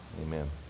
Amen